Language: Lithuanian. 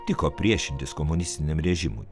tiko priešintis komunistiniam režimui